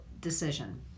decision